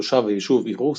תושב היישוב אירוס,